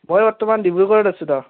মই বৰ্তমান ডিব্ৰুগড়ত আছোঁ